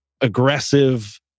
aggressive